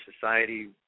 society